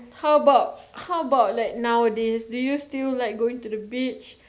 how about how about like nowadays do you still like going to the beach